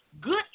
good